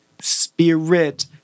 spirit